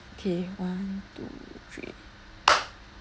okay one two three